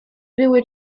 były